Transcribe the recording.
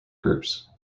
groups